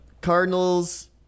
Cardinals